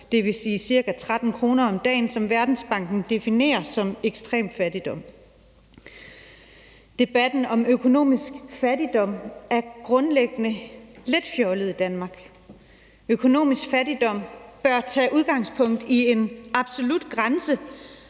dvs. cirka 13 kr., som Verdensbanken definerer som ekstrem fattigdom. Debatten om økonomisk fattigdom er grundlæggende lidt fjollet i Danmark. Økonomisk fattigdom bør tage udgangspunkt i en absolut grænse,